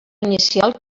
inicial